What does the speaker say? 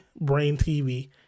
BrainTV